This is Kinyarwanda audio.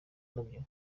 nabyo